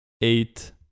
eight